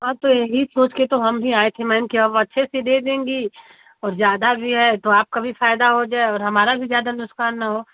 हाँ तो यही सोचकर तो हम भी आए थे मैम कि अब अच्छे से दे देंगी और ज़्यादा भी है तो आपका भी फ़ायदा हो जाए और हमारा भी ज़्यादा नुक़सान न हो